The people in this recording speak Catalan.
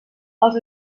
als